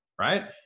right